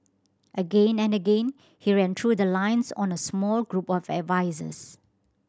again and again he ran through the lines on a small group of advisers